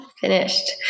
Finished